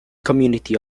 community